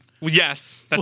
Yes